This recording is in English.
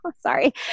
sorry